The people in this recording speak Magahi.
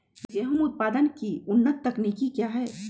गेंहू उत्पादन की उन्नत तकनीक क्या है?